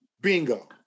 Bingo